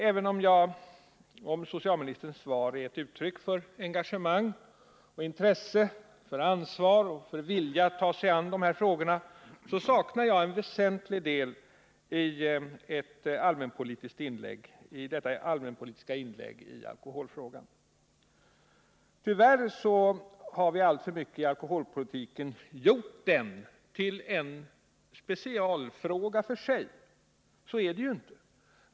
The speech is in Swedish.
Även om socialministerns svar är ett uttryck för engagemang och intresse, för ansvar och för vilja att ta sig an dessa frågor, saknar jag en väsentlig del i detta allmänpolitiska inlägg i alkoholfrågan. Tyvärr har vi i alltför hög grad gjort alkoholpolitiken till en specialfråga för sig. Så är det ju inte.